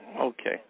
Okay